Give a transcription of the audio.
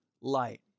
light